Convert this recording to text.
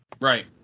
Right